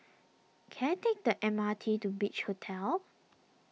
can I take the M R T to Beach Hotel